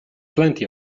plenty